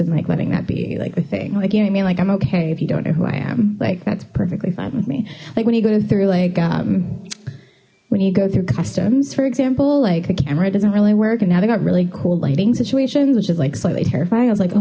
and like letting that be a view like the thing like you mean like i'm okay if you don't know who i am like that's perfectly fine with me like when you go through like when you go through customs for example like the camera doesn't really work and now they got really cool lighting situations which is like slightly terrifying i was like oh